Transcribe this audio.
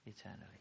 eternally